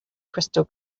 crystal